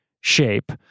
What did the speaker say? shape